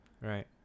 Right